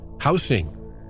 housing